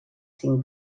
cinc